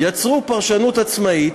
יצרו פרשנות עצמאית,